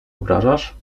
obrażasz